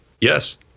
yes